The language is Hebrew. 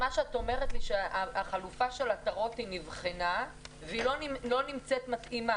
את אומרת לי שהחלופה של עטרות נבחנה והיא לא נמצאת מתאימה